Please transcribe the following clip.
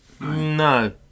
No